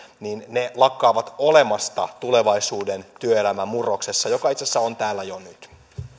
niin edelleen lakkaavat olemasta tulevaisuuden työelämän murroksessa joka itse asiassa on täällä jo nyt